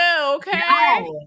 okay